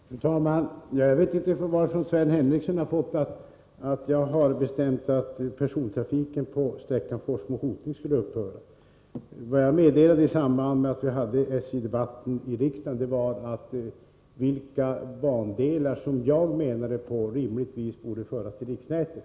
Fru talman! Jag vet inte varifrån Sven Henricsson har fått uppgiften att jag skulle ha bestämt mig för att persontrafiken på sträckan Forsmo-Hoting skall upphöra. I samband med SJ-debatten i riksdagen meddelade jag vilka bandelar som rimligtvis borde föras till riksnätet.